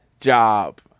job